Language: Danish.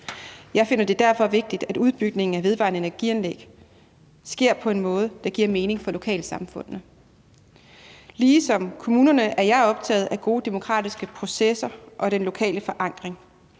Jeg finder det derfor vigtigt, at udbygningen af vedvarende energi-anlæg sker på en måde, der giver mening for lokalsamfundene. Ligesom kommunerne er jeg optaget af gode demokratiske processer og den lokale forankring.